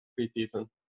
preseason